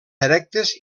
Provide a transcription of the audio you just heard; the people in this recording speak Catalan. erectes